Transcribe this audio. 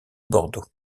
bordeaux